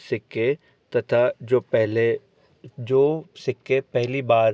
सिक्के तथा जो पहले जो सिक्के पहली बार